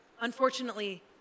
unfortunately